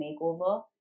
makeover